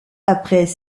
après